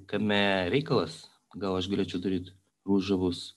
kame reikalas gal aš galėčiau daryt ružavus